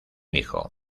hijo